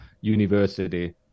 university